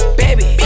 baby